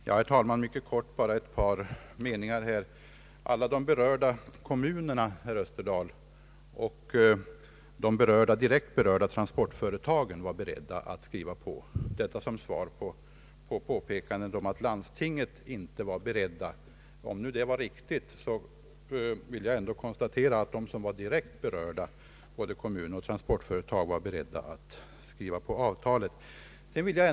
Herr talman! Jag skall fatta mig mycket kort — bara ett par saker. Alla de berörda kommunerna, herr Österdahl, och de direkt berörda transportföretagen var beredda att skriva på. Detta vill jag säga som svar på uppgiften att landstinget inte var berett att skriva på. Om detta påstående är riktigt, vill jag alltså konstatera att de direkt berörda, kommuner och transportföretag, var beredda att skriva på avtalet.